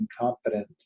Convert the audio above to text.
incompetent